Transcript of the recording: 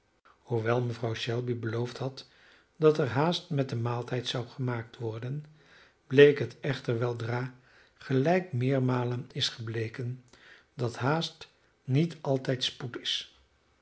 hoewel mevrouw shelby beloofd had dat er haast met den maaltijd zou gemaakt worden bleek het echter weldra gelijk meermalen is gebleken dat haast niet altijd spoed is